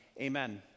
Amen